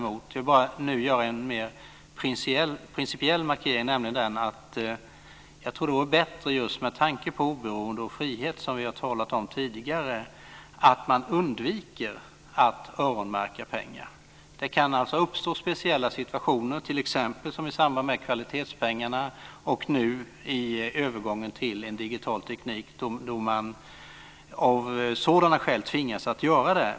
Jag vill nu bara göra en mer principiell markering, nämligen den att jag tror att det vore bättre, just med tanke på oberoende och frihet som vi har talat om tidigare, att man undviker att öronmärka pengar. Det kan uppstå speciella situationer, t.ex. som i samband med kvalitetspengarna och nu i övergången till en digital teknik, då man av sådana skäl tvingas att göra så här.